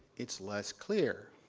it's less clear,